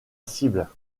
cible